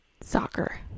soccer